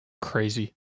crazy